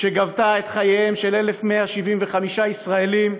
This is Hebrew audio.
שגבתה את חייהם של 1,175 ישראלים,